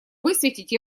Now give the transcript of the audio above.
высветить